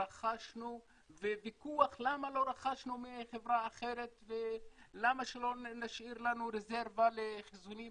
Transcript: ויש ויכוח למה לא רכשנו מחברה אחרת ולמה לא נשאיר לנו רזרבה לחיסונים.